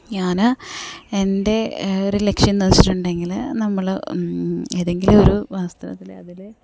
ഞാൻ എന്റെ ഒരു ലക്ഷ്യം എന്താണെന്ന് വെച്ചിട്ടുണ്ടെങ്കിൽ നമ്മൾ ഏതെങ്കിലും ഒരു വസ്ത്രത്തിലെ അതിലെ